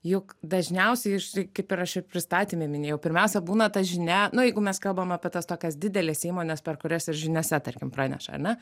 juk dažniausiai iš kaip ir aš ir pristatyme minėjau pirmiausia būna ta žinia nu jeigu mes kalbam apie tas tokias dideles įmones per kurias ir žiniose tarkim praneša ar ne